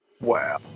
Wow